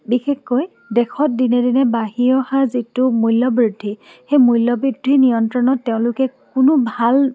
বিশেষকৈ দেশত দিনে দিনে বাঢ়ি অহা যিটো মূল্যবৃদ্ধি সেই মূল্যবৃদ্ধি নিয়ন্ত্ৰণত তেওঁলোকে কোনো ভাল